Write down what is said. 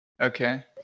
Okay